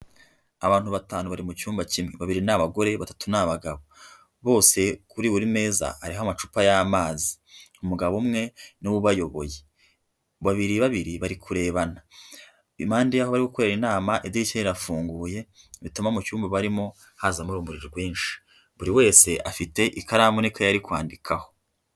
Abantu batanu bari mucyumba kimwe babiri n'abagore batatu ni abagabo bose kuri buri meza hariho amacupa y'amazi .Umugabo umwe niwe ubayoboye babiri babiri bari kurebana, impande y'aho biri gukorera inama idirishya rirafunguye bituma mu cyumba barimo hazamo urumuri rwinshi buri wese afite ikaramu n'ikayi ari kwandikaho.